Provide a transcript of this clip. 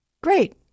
Great